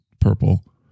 Purple